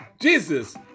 Jesus